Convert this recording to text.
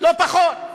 לא פחות.